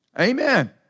Amen